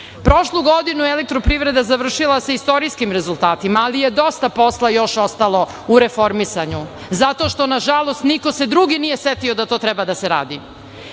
godinu je EPS završila sa istorijskim rezultatima, ali je dosta posla još ostalo u reformisanju, zato što, nažalost, niko se drugi nije setio da to treba da se radi.